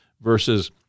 versus